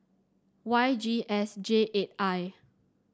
Y G S J eight I